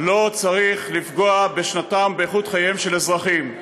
לא צריך לפגוע בשנתם ובאיכות חייהם של אזרחים,